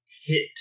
hit